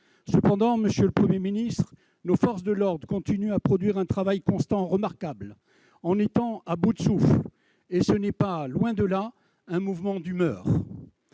parts, monsieur le Premier ministre, nos forces de l'ordre continuent à accomplir un travail constant remarquable, tout en étant à bout de souffle- et ce n'est pas, loin de là, un mouvement d'humeur.